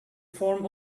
form